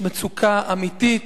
יש מצוקה אמיתית,